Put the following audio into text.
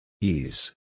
Ease